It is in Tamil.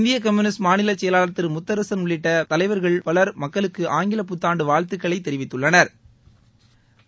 இந்திய கம்யுனிஸ்ட் மாநில செயலாளர் திரு முத்தரசன் உள்ளிட்ட பல்வேறு தலைவர்கள் மக்களுக்கு ஆங்கில புத்தாண்டு வாழ்த்துக்களைத் தெரிவித்துள்ளனா்